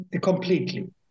completely